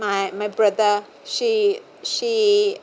my my brother she she